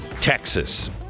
Texas